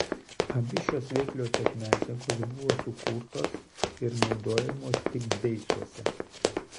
abi šios veikliosios medžiagos buvo sukurtos ir naudojamos tik beicuose